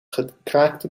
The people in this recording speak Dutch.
gekraakte